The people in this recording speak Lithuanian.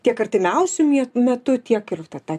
tiek artimiausiu metu tiek ir tą